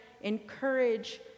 encourage